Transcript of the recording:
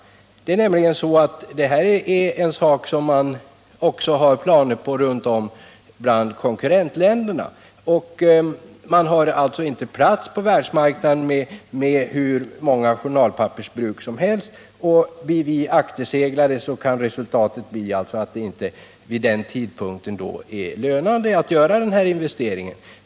Sådana här planer har man nämligen också i konkurrentländerna. Det finns inte plats på världsmarknaden för hur många journalpappersbruk som helst. Blir vi akterseglade kan resultatet bli att det vid den tidpunkt då alla överläggningar är klara inte längre är lönande att göra denna investering.